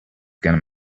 gonna